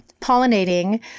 pollinating